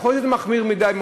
יכול להיות שזה מחמיר מדי,